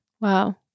Wow